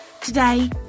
Today